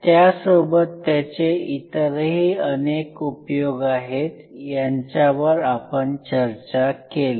त्यासोबत त्याचे इतरही अनेक उपयोग आहेत यांच्यावर आपण चर्चा केली